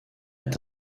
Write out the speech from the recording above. est